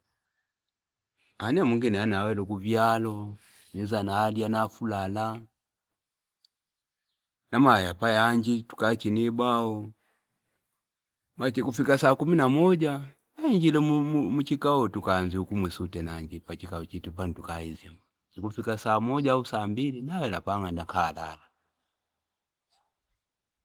nemwi ngi nala nawela kuvyalo niza nalya nafulala na maya pa yannji tukachina ibao mara chikufika saa kumi na moja naingila muchikao tuanzya ukumwa isite na anji pa chikao chitu pano tubuzya chikufika saa moja au saa mbili nawela pang'anda inkalala.